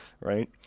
right